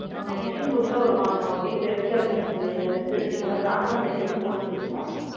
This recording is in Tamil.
அம்மா மெடிஷன் கொடுத்தா ஒரு ஒன் ஒன் வீக் ரெஸ்ட்டு இருக்கணுன்னு சொல்லிருந்தேன் ரெஸ்ட்டு எடுத்திங்களா ப்ராப்பராக மெடிஷன் போட்டுக்கிறிங்களா